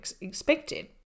expected